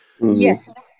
yes